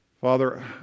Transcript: Father